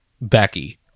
Becky